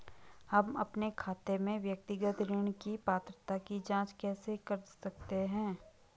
हम अपने खाते में व्यक्तिगत ऋण की पात्रता की जांच कैसे कर सकते हैं?